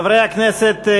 חברי הכנסת,